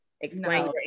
Explain